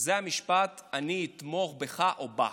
זה המשפט: אני אתמוך בךָ, או בךְ.